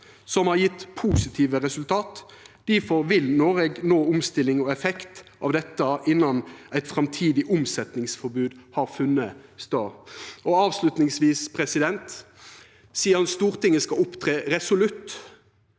som har gjeve positive resultat. Difor vil Noreg nå omstilling og effekt av dette innan eit framtidig omsetningsforbod har funne stad. Avslutningsvis: Sidan Stortinget skal opptre resolutt,